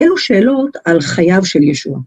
אלו שאלות על חייו של ישוע.